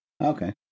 Okay